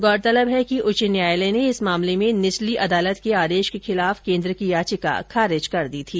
गौरतलब है कि उच्च न्यायालय ने इस मामले में निचली अदालत के आदेश के खिलाफ केन्द्र की याचिका खारिज कर दी थी